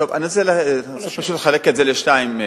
אני רוצה פשוט לחלק את זה לשניים,